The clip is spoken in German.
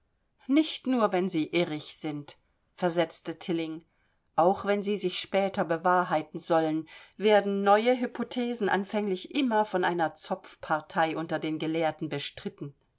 nicht nur wenn sie irrig sind versetzte tilling auch wenn sie sich später bewahrheiten sollen werden neue hypothesen anfänglich immer von einer zopfpartei unter den gelehrten bestritten